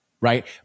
right